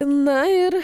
na ir